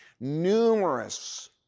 numerous